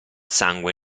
sangue